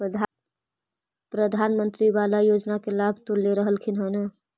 प्रधानमंत्री बाला योजना के लाभ तो ले रहल्खिन ह न?